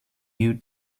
you